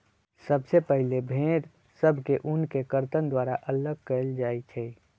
सबसे पहिले भेड़ सभ से ऊन के कर्तन द्वारा अल्लग कएल जाइ छइ